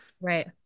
right